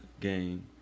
game